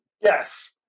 Yes